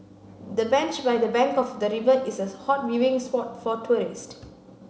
the bench by the bank of the river is a hot viewing spot for tourists